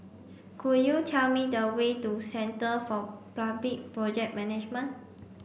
could you tell me the way to Centre for Public Project Management